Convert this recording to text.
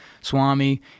Swami